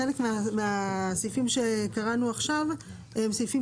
חלק מהסעיפים שקראנו עכשיו הם סעיפים